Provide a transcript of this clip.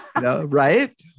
right